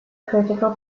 critical